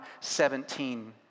17